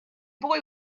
boy